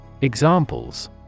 Examples